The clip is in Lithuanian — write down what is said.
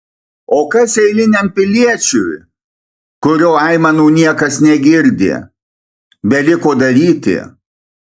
o kas eiliniam piliečiui kurio aimanų niekas negirdi beliko daryti